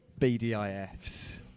BDIFs